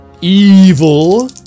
Evil